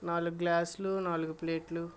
నాలుగు గ్లాసులు నాలుగు ప్లేట్లు